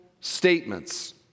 statements